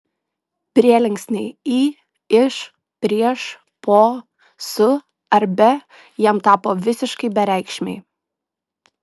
prielinksniai į iš prieš po su ar be jam tapo visiškai bereikšmiai